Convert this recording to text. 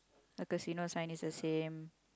the casino sign is the same